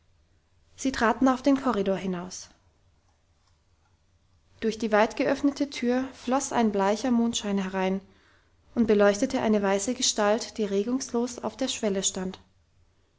sie traten auf den korridor hinaus durch die weit geöffnete tür floss ein bleicher mondschein herein und beleuchtete eine weiße gestalt die regungslos auf der schwelle stand